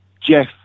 Jeff